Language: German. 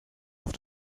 auf